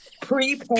prepay